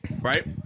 right